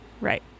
Right